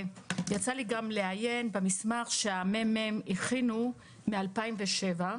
יצא לי גם לעיין במסמך שהממ"מ הכין ב-2007.